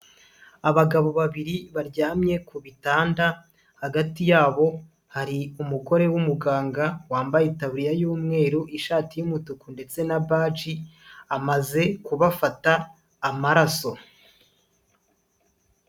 Abagabo babiri baryamye ku bitanda hagati yabo hari umugore w'umuganga wambaye itabiye y'umweru, ishati y'umutuku ndetse na baji, amaze kubafata amaraso.